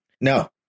No